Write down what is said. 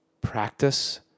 practice